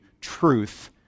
truth